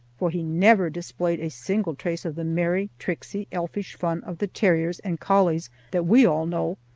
for he never displayed a single trace of the merry, tricksy, elfish fun of the terriers and collies that we all know,